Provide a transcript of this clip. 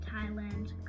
Thailand